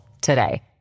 today